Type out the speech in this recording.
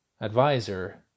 advisor